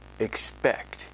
expect